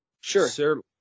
Sure